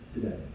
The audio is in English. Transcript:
today